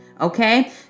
Okay